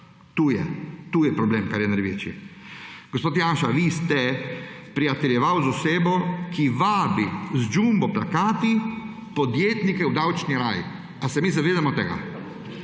povezave, tu je problem največji. Gospod Janša, vi ste prijateljevali z osebo, ki vabi z jumbo plakati podjetnike v davčni raj. Ali se mi tega